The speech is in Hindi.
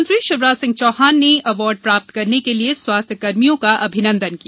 मुख्यमंत्री शिवराज सिंह चौहान ने अवार्ड प्राप्त करने के लिए स्वास्थ्य कर्मियों का अभिनंदन किया